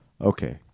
Okay